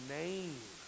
name